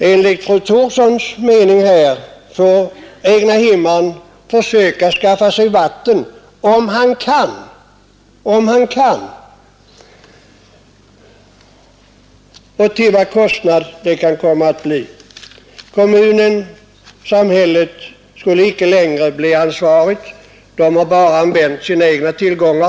Enligt fru Thorssons mening får egnahemsägaren försöka skaffa sig vatten om han kan och till den kostnad det kan komma att kräva. Kommunen, samhället, skulle icke längre bli ansvariga. De har bara använt sina egna tillgångar.